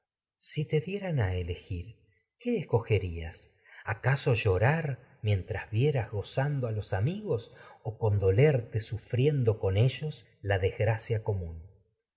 si te dieran a elegir qué a escogerías acaso llorar mientras vieras gozando los amigos o condolerte sufriendo las dos con ellos la desgracia común